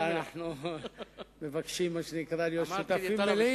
אנחנו מבקשים להיות שותפים מלאים.